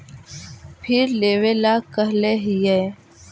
फिर लेवेला कहले हियै?